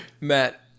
Matt